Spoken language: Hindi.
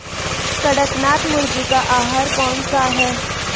कड़कनाथ मुर्गे का आहार कौन सा है?